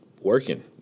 working